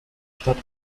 stadt